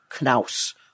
Knaus